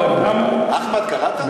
אחמד, קראת?